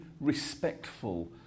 respectful